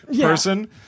person